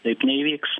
taip neįvyks